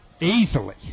Easily